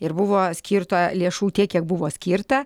ir buvo skirta lėšų tiek kiek buvo skirta